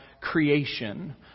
creation